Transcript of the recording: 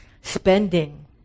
Spending